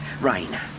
Rain